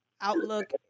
outlook